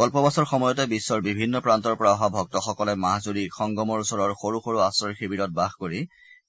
কল্পবাচৰ সময়তে বিশ্বৰ বিভিন্ন প্ৰান্তৰ পৰা অহা ভক্তসকলে মাহ জুৰি সংগমৰ ওচৰৰ সৰু সৰু আশ্ৰয় শিৱিৰত বাস কৰি